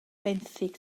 benthyg